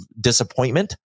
disappointment